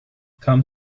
come